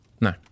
No